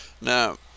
Now